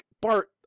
Bart